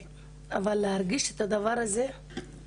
אבל להרגיש את הדבר הזה זה לא אותו דבר.